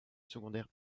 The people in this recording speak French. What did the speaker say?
secondaire